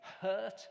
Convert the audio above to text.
hurt